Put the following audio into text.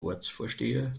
ortsvorsteher